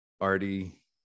arty